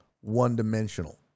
one-dimensional